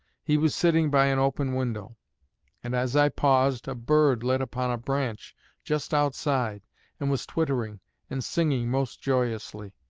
he was sitting by an open window and as i paused, a bird lit upon a branch just outside and was twittering and singing most joyously.